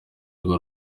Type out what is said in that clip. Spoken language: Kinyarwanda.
uwo